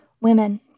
Women